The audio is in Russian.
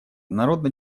народно